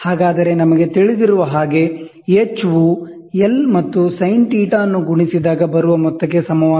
ಹಾಗಾದರೆ ನಮಗೆ ತಿಳಿದಿರುವ ಹಾಗೆ h ವು L ಮತ್ತು sinθ ಅನ್ನು ಗುಣಿಸಿದಾಗ ಬರುವ ಮೊತ್ತಕ್ಕೆ ಸಮವಾಗುತ್ತದೆ